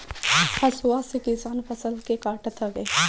हसुआ से किसान फसल के काटत हवे